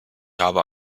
habe